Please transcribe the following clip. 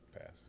pass